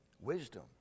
Wisdom